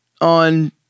on